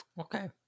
okay